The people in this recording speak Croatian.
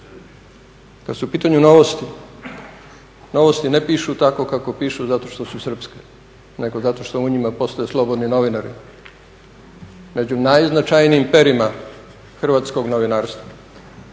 Kad su u pitanju novosti, novosti ne pišu tako kako pišu zato što su srpske, nego zato što u njima postoje slobodni novinari. Među najznačajnijim perima hrvatskog novinarstva.